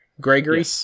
Gregory